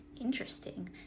interesting